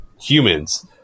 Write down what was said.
Humans